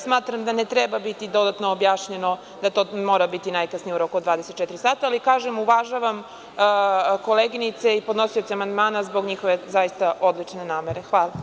Smatram da ne treba biti dodatno objašnjeno da to mora biti najkasnije u roku od 24 sata, ali, kažem, uvažavam koleginice i podnosioce amandmana zbog njihove odlične namere.